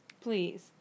Please